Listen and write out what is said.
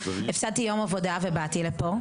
הפסדתי יום עבודה ובאתי לפה.